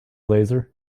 laser